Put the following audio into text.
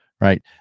right